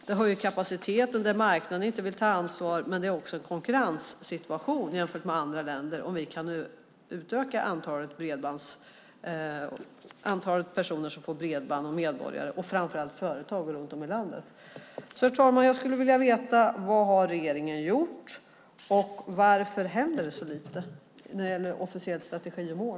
Det höjer kapaciteten där marknaden inte vill ta ansvar, men det är också en konkurrenssituation jämfört med andra länder om vi kan utöka antalet medborgare som får tillgång till bredband - framför allt företag runt om i landet. Herr talman! Vad har regeringen gjort? Varför händer så lite när det gäller officiell strategi och mål?